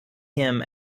him